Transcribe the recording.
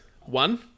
one